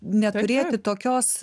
neturėti tokios